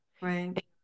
Right